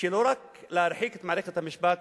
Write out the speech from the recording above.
לא רק להרחיק את מערכת המשפט